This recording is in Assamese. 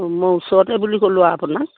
অঁ মই ওচৰতে বুলি ক'লোঁ আপোনাক